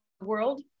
world